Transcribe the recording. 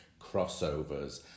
crossovers